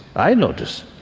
i notice.